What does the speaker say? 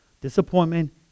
Disappointment